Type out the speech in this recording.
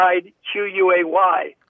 Q-U-A-Y